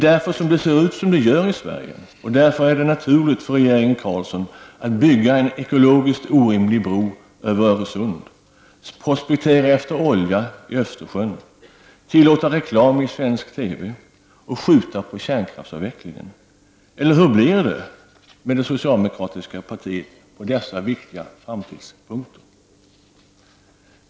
Därför ser det ut som det gör i Sverige, och därför är det naturligt för regeringen Carlsson att bygga en ekologiskt orimlig bro över Öresund, prospektera efter olja i Östersjön, tillåta reklam i svensk TV och skjuta på kärnkraftsavvecklingen. Eller hur blir det med dessa viktiga framtidspunkter i det socialdemokratiska partiet?